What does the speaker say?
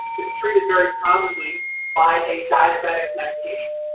it's treated very commonly by a diabetic medication.